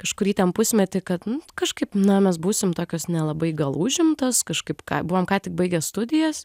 kažkurį ten pusmetį kad nu kažkaip na mes būsim tokios nelabai gal užimtos kažkaip ką buvom ką tik baigę studijas